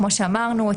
כמו שאמרנו,